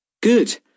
good